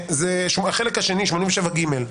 זה החלק השני,87(ג).